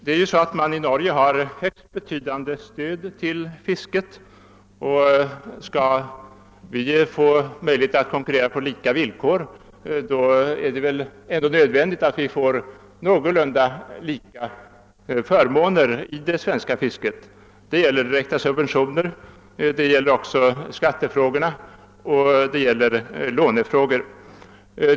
I Norge har fiskarna ett högst betydande stöd i sin näring, och om vi skall få möjligheter att konkurrera på lika villkor är det nödvändigt att vi får någorlunda lika förmåner för det svenska fisket. Det gäller direkta subventioner, skattefrågor och lånefrågor.